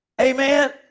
Amen